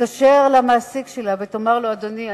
תתקשר למעסיק שלה ותאמר לו: אדוני,